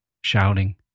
Shouting